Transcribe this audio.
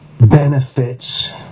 benefits